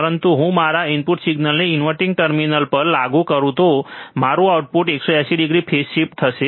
પરંતુ જો હું મારા ઇનપુટ સિગ્નલને ઇન્વર્ટીંગ ટર્મિનલ પર લાગુ કરું તો મારું આઉટપુટ 180 ડિગ્રી ફેઝ શિફ્ટ થશે